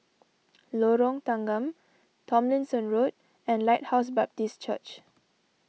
Lorong Tanggam Tomlinson Road and Lighthouse Baptist Church